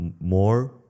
more